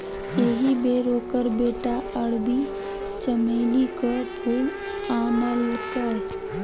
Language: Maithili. एहि बेर ओकर बेटा अरबी चमेलीक फूल आनलकै